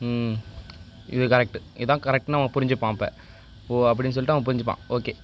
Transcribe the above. இது கரெக்ட் இதுதான் கரெக்ட்டுன்னு அவன் புரிஞ்சுப்பான் அப்போ ஓ அப்படின்னு சொல்லிட்டு அவன் புரிஞ்சுப்பான் ஓகே